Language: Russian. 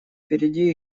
впереди